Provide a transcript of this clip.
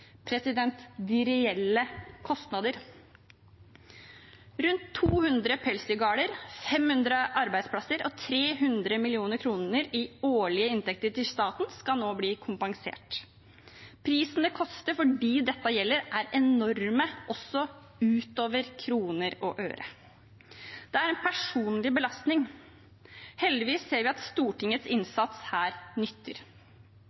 Rundt 200 pelsdyrgårder, 500 arbeidsplasser og 300 mill. kr i årlige inntekter til staten skal nå bli kompensert. Prisen det koster for dem dette gjelder, er enorm også utover kroner og øre. Det er en personlig belastning. Heldigvis ser vi at Stortingets